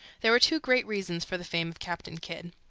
there were two great reasons for the fame of captain kidd.